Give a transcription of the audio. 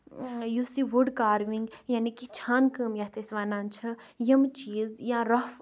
یُس یہِ wood carving یعنی کہِ چھانہٕ کام یتھ أسۍ وَنان چھِ یِم چیٖز یا رۄپھ